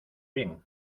bien